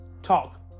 talk